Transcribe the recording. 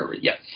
Yes